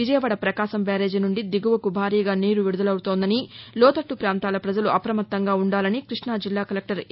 Vijayawada Prakasam barrage నుండి దిగువకు భారీగా నీరు విడుదలవుతోందని లోతట్లు ప్రాంతాల ప్రజలు అప్రమత్తంగా ఉండాలని కృష్ణాజిల్లా కలెక్టర్ ఎ